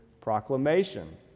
proclamation